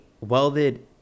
welded